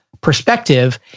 perspective